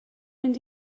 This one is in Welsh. mynd